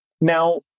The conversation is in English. Now